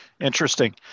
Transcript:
Interesting